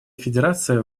федерация